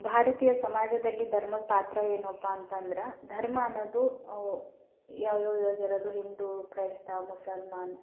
ಭಾರತೀಯ ಸಮಾಜದಲ್ಲಿ ಧರ್ಮದ ಪಾತ್ರ ಏನಪ್ಪ ಅಂತಂದ್ರೆ ಧರ್ಮ ಅನ್ನೋದು ಯಾವ್ಯಾವ ಇವಾಗಿರೋದು ಹಿಂದೂ ಕ್ರೈಸ್ತ ಮುಸಲ್ಮಾನ್